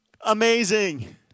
amazing